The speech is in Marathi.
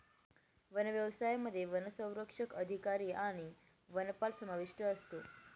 वन व्यवसायामध्ये वनसंरक्षक अधिकारी आणि वनपाल समाविष्ट असतो